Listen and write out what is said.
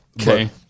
okay